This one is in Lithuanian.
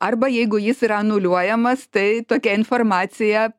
arba jeigu jis yra anuliuojamas tai tokia informacija